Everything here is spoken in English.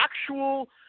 actual